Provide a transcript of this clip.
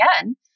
again